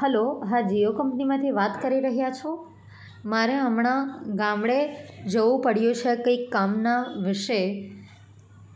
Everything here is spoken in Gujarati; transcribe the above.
હલો હા જીઓ કંપનીમાંથી વાત કરી રહ્યાં છો મારે હમણાં ગામડે જવું પડ્યુ છે કંઈક કામના વિશે